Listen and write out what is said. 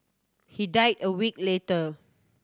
he died a week later